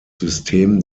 system